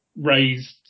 raised